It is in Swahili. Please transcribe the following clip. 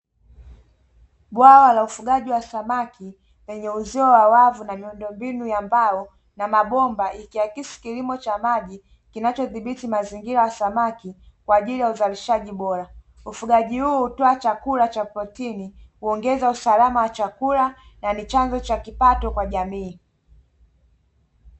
Bwawa la ufugaji wa samaki lenye uzio wa wavu na miundombinu ya mbao na mabomba, ikiakisi kilimo cha maji kinachodhibiti mazingira ya samaki kwa ajili ya uzalishaji bora, ufugaji huu hutoa chakula cha protini huongeza usalama wa chakula na ni chanzo cha kipato kwa jamii.